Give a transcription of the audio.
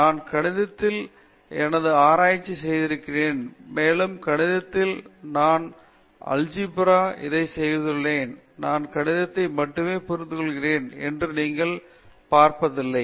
நான் கணிதத்தில் எனது ஆராய்ச்சி செய்திருக்கிறேன் மேலும் கணிதத்தில் நான் அல்ஜீப்ராவில் இதை செய்துள்ளேன் நான் கணிதத்தை மட்டுமே புரிந்துகொள்கிறேன் என்று நீங்கள் பார்ப்பதில்லை